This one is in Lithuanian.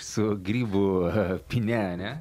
su grybų haha pyne ane